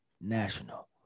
National